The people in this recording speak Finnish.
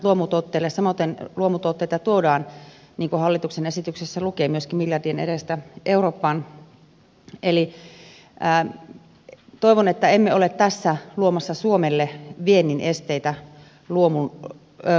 samoiten luomutuotteita tuodaan niin kuin hallituksen esityksessä lukee myöskin miljardien edestä eurooppaan eli toivon että emme ole tässä luomassa suomelle viennin esteitä luomutuotteissa